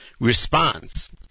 Response